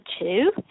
two